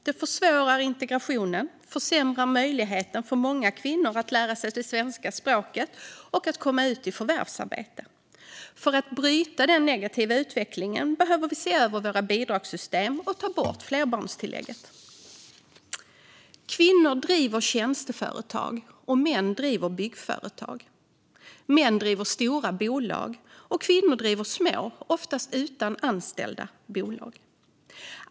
Det försvårar integrationen och försämrar många kvinnors möjligheter att lära sig det svenska språket och komma ut i förvärvsarbete. För att bryta den negativa utvecklingen behöver vi se över våra bidragssystem och ta bort flerbarnstillägget. Kvinnor driver tjänsteföretag, och män driver byggföretag. Män driver stora bolag, och kvinnor driver små bolag - oftast utan anställda.